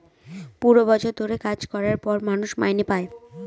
পুরো বছর ধরে কাজ করার পর মানুষ মাইনে পাই